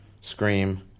scream